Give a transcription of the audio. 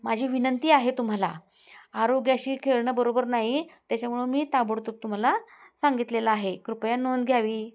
माझी विनंती आहे तुम्हाला आरोग्याशी खेळणं बरोबर नाही त्याच्यामुळं मी ताबडतोब तुम्हाला सांगितलेलं आहे कृपया नोंद घ्यावी